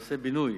בנושא הבינוי,